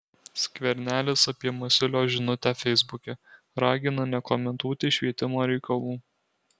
skvernelis apie masiulio žinutę feisbuke ragina nekomentuoti švietimo reikalų